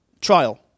trial